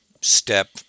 step